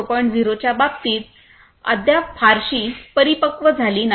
0 च्या बाबतीत अद्याप फारशी परिपक्व झाली नाही